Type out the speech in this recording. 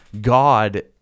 God